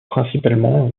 principalement